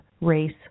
race